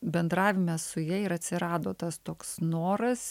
bendravime su ja ir atsirado tas toks noras